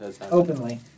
Openly